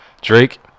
Drake